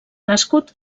nascut